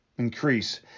increase